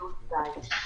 בבידוד בית.